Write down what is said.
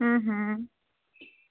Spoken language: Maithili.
हूँ हूँ